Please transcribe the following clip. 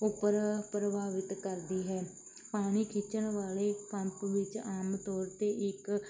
ਉੱਪਰ ਪ੍ਰਭਾਵਿਤ ਕਰਦੀ ਹੈ ਪਾਣੀ ਖਿੱਚਣ ਵਾਲੇ ਪੰਪ ਵਿੱਚ ਆਮ ਤੌਰ 'ਤੇ ਇੱਕ